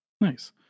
nice